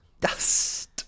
Dust